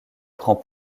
prend